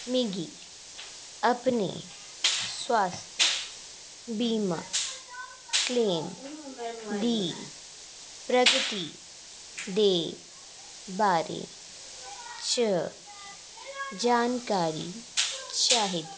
मिगी अपने स्वास्थ बीमा क्लेम दी प्रगति दे बारे च जानकारी चाहिदी